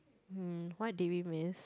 hmm what did we miss